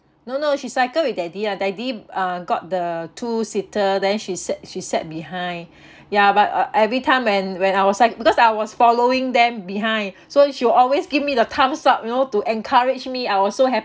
no no she cycle with daddy lah daddy uh got the two seater then she sat she sat behind ya but uh every time when when I was cyc~ because I was following them behind so she will always give me the thumbs up you know to encourage me I was so happy